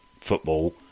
football